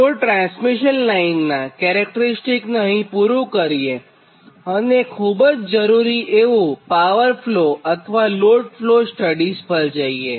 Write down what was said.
તો ટ્રાન્સમિશન લાઇનનાં કેરેક્ટીરીસ્ટીક્સ અહીં પુરું અને ખુબ જ જરૂરી એવું પાવર ફ્લો અથવા લોડ ફ્લો સ્ટડીઝ પર જઇએ